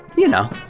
you know,